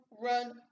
run